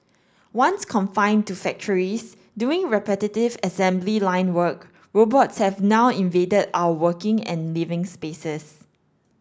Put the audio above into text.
once confined to factories doing repetitive assembly line work robots have now invaded our working and living spaces